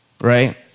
right